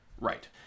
right